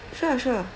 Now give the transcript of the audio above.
sure sure